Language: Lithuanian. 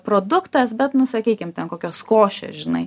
produktas bet nu sakykim ten kokios košės žinai